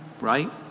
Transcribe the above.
right